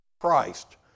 Christ